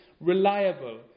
reliable